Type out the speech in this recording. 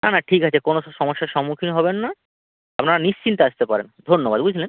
না না ঠিক আছে কোনও সমস্যার সম্মুখীন হবেন না আপনারা নিশ্চিন্তে আসতে পারেন ধন্যবাদ বুঝলেন